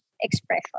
expression